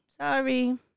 Sorry